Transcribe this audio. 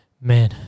man